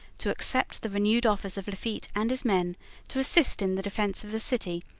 to accept the renewed offers of lafitte and his men to assist in the defence of the city,